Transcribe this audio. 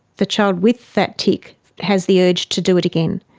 the child with that tic has the urge to do it again.